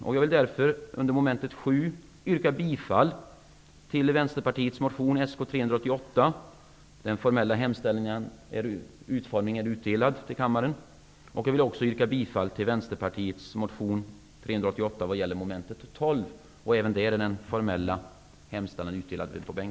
Jag vill därför när det gäller mom. 7 och under mom. 12 yrka bifall till begär att regeringen skyndsamt lägger fram lagförslag om höjning av stämpelskatten i enlighet med vad som anförs i motionen.